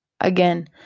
again